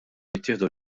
jittieħdu